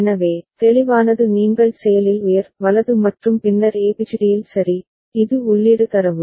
எனவே தெளிவானது நீங்கள் செயலில் உயர் வலது மற்றும் பின்னர் ஏபிசிடியில் சரி இது உள்ளீடு தரவு